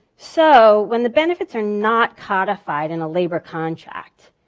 so when the benefits are not codified in a labor contract,